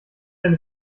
eine